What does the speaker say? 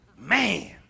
Man